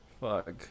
Fuck